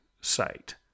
site